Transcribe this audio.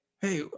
Hey